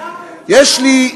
שר בממשלה נרצח,